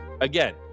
Again